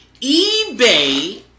eBay